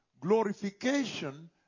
glorification